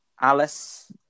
Alice